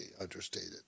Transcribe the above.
understated